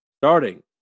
starting